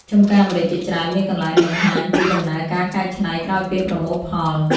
ចម្ការម្រេចជាច្រើនមានកន្លែងបង្ហាញពីដំណើរការកែច្នៃក្រោយពេលប្រមូលផល ។